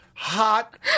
Hot